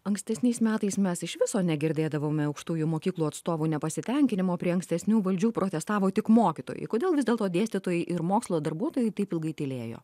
ankstesniais metais mes iš viso negirdėdavome aukštųjų mokyklų atstovų nepasitenkinimo prie ankstesnių valdžių protestavo tik mokytojai kodėl vis dėlto dėstytojai ir mokslo darbuotojai taip ilgai tylėjo